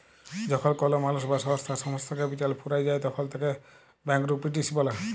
যখল কল মালুস বা সংস্থার সমস্ত ক্যাপিটাল ফুরাঁয় যায় তখল তাকে ব্যাংকরূপটিসি ব্যলে